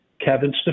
Kevin